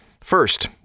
First